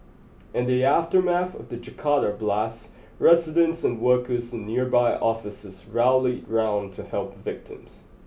in the aftermath of the Jakarta blasts residents and workers in nearby offices rallied round to help victims